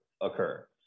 occur